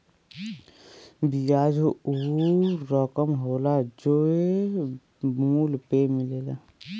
बियाज ऊ रकम होला जे मूल पे मिलेला